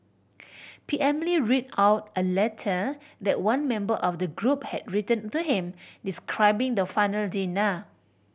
P M Lee read out a letter that one member of the group had written to him describing the final dinner